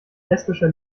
lesbischer